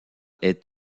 est